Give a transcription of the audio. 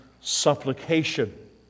supplication